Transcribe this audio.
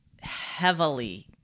heavily